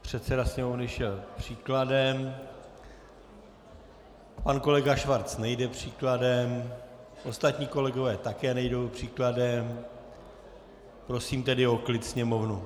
Předseda Sněmovny šel příkladem, pan kolega Schwarz nejde příkladem, ostatní kolegové také nejdou příkladem, prosím tedy Sněmovnu o klid.